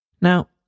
Now